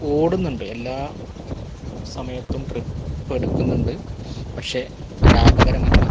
ഓടുന്നുണ്ട് എല്ലാ സമയത്തും ട്രിപ്പ് എടുക്കുന്നുണ്ട് പക്ഷെ ലാഭകരമല്ല